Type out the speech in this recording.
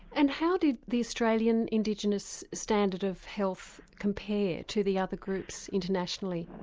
and how did the australian indigenous standard of health compare to the other groups internationally?